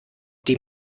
die